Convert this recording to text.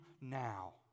now